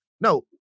No